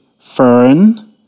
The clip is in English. fern